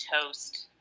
toast